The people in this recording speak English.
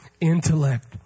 intellect